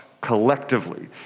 collectively